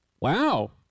Wow